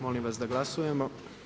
Molim vas da glasujemo.